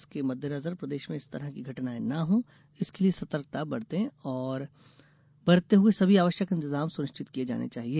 इसके मद्देनजर प्रदेश में इस तरह कि घटनाएँ न हों इसके लिये सतर्कता बरतते हुए सभी आवश्यक इंतजाम सुनिश्चित किए जाने चाहिए